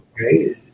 okay